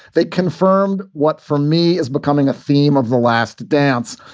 they confirmed what for me is becoming a theme of the last dance.